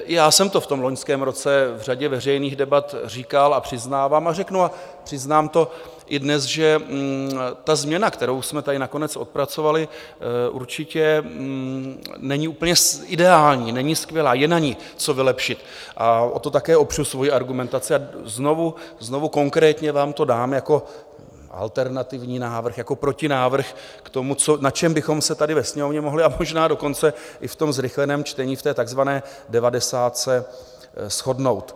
I já jsem to v loňském roce v řadě veřejných debat říkal a přiznávám a řeknu a přiznám to i dnes, že ta změna, kterou jsme tady nakonec odpracovali, určitě není úplně ideální, není skvělá, je na ní co vylepšit, a o to také opřu svoji argumentaci a znovu konkrétně vám to dám jako alternativní návrh, jako protinávrh k tomu, na čem bychom se tady ve Sněmovně mohli a možná dokonce i v tom zrychleném čtení v té takzvané devadesátce shodnout.